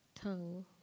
Tongue